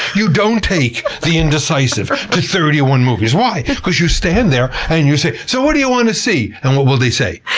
you don't take the indecisive to thirty one movies. why? because you stand there, and you say, so what do you want to see? and what do they say?